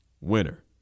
winner